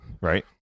Right